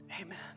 Amen